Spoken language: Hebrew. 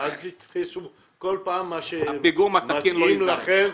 אז אל תתפסו כל פעם את החלק במשפט שמתאים לכם.